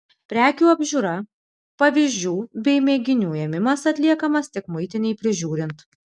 prekių apžiūra pavyzdžių bei mėginių ėmimas atliekamas tik muitinei prižiūrint